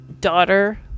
daughter